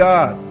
God